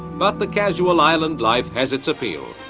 but the casual island life has its appeal,